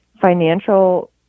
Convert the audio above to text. financial